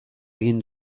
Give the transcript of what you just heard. egin